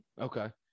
Okay